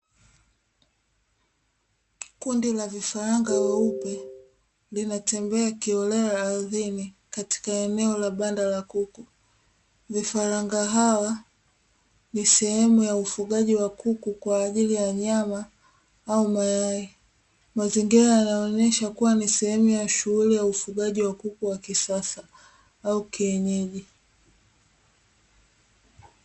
Kundi la vifaranga weupe linatembea kihorela aridhini katika eneo la banda la kuku, vifaranga hawa ni sehemu ya ufagaji wakuku kwaajili ya nyama au mayai, mazingira yanaonyesha kuwa ni sehemu shuhuli ya ufugaji wa kuku wa kisasa au kienyeji.